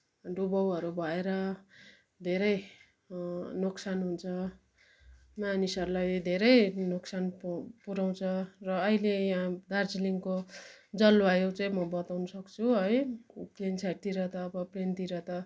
डुबाउहरू भएर धेरै नोक्सान हुन्छ मानिसहरूलाई धेरै नोक्सान पुराउँछ र अहिले यहाँ दार्जिलिङको जलवायु चाहिँ म बताउनु सक्छु है प्लेन साइडतिर त अब प्लेनतिर त